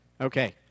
Okay